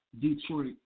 Detroit